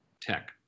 tech